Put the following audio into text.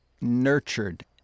nurtured